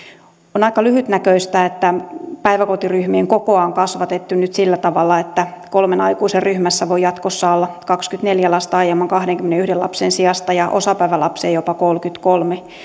on aika lyhytnäköistä että päiväkotiryhmien kokoa on kasvatettu nyt sillä tavalla että kolmen aikuisen ryhmässä voi jatkossa olla kaksikymmentäneljä lasta aiemman kahdenkymmenenyhden lapsen sijasta ja osapäivälapsia jopa kolmekymmentäkolme